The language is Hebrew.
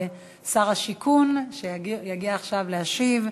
ושר השיכון יגיע עכשיו להשיב.